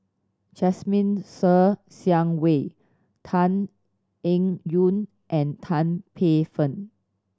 Jasmine Ser Xiang Wei Tan Eng Yoon and Tan Paey Fern